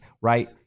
right